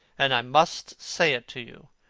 and i must say it to you.